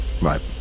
Right